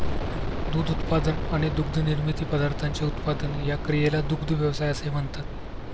दूध उत्पादन आणि दुग्धनिर्मित पदार्थांचे उत्पादन या क्रियेला दुग्ध व्यवसाय असे म्हणतात